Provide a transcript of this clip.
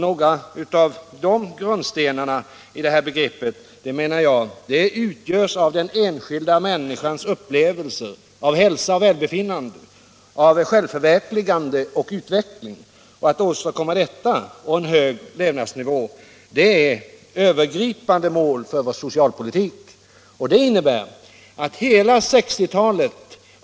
Några av grundstenarna i det begreppet utgörs av den enskilda människans upplevelser av hälsa och välbefinnande, av självförverkligande och utveckling. Att åstadkomma detta och en hög levnadsnivå är övergripande mål för vår socialpolitik.